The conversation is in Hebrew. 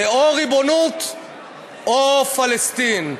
זה או ריבונות או פלסטין.